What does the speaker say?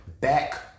back